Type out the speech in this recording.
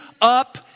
up